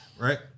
Right